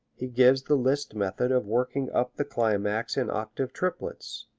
he gives the liszt method of working up the climax in octave triplets.